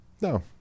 No